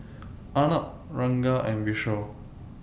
Arnab Ranga and Vishal